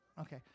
Okay